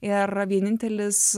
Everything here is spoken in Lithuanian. ir vienintelis